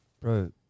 bro